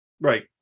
Right